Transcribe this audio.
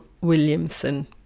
Williamson